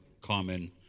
common